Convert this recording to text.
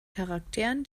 charakteren